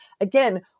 Again